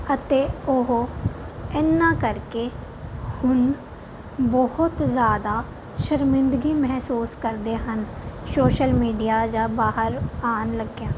ਅਤੇ ਉਹ ਇਹਨਾਂ ਕਰਕੇ ਹੁਣ ਬਹੁਤ ਜ਼ਿਆਦਾ ਸ਼ਰਮਿੰਦਗੀ ਮਹਿਸੂਸ ਕਰਦੇ ਹਨ ਸੋਸ਼ਲ ਮੀਡੀਆ ਜਾਂ ਬਾਹਰ ਆਉਣ ਲੱਗਿਆਂ